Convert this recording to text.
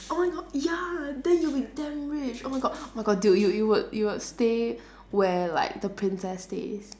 oh my god ya then you would be damn rich oh my god oh my god dude you you would you would stay where like the princess stays